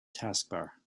taskbar